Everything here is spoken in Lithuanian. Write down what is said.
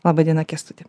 laba diena kęstutį